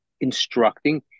instructing